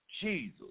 Jesus